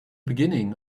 beginning